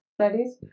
studies